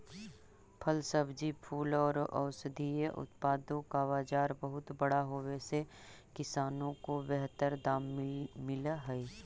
फल, सब्जी, फूल और औषधीय उत्पादों का बाजार बहुत बड़ा होवे से किसानों को बेहतर दाम मिल हई